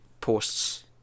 posts